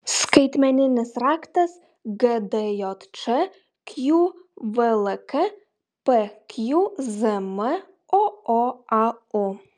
skaitmeninis raktas gdjč qvlk pqzm ooau